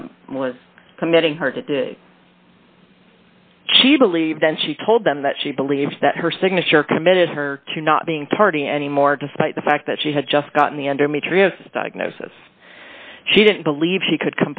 committing her to do she believed then she told them that she believes that her signature committed her to not being tardy anymore despite the fact that she had just gotten the endometriosis diagnosis she didn't believe she could